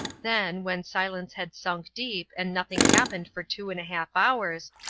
then, when silence had sunk deep and nothing happened for two and a half hours,